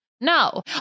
No